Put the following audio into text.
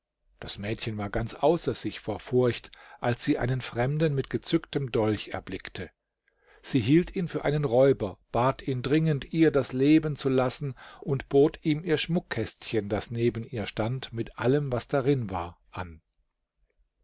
das mädchen war ganz außer sich vor furcht als sie einen fremden mit gezücktem dolch erblickte sie hielt ihn für einen räuber bat ihn dringend ihr das leben zu lassen und bot ihm ihr schmuckkästchen das neben ihr stand mit allem was darin war an